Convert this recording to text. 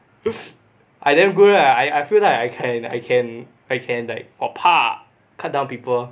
I damn good right I feel like I can I can I can !wah! !wah! cut down people